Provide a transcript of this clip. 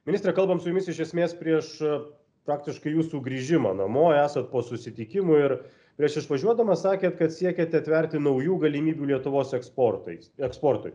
ministre kalbam su jumis iš esmės prieš praktiškai jūsų grįžimą namo esat po susitikimų ir prieš išvažiuodamas sakėt kad siekiate atverti naujų galimybių lietuvos eksportais eksportui